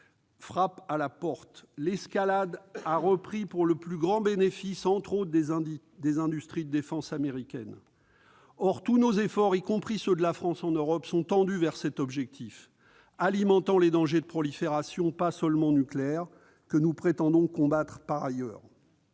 s'expriment, l'escalade a repris, pour le plus grand bénéfice, en particulier, des industries de défense américaines. Tous nos efforts, y compris ceux de la France, en Europe, sont tendus vers cet objectif, alimentant les dangers de prolifération- pas seulement nucléaire -que nous prétendons combattre par ailleurs.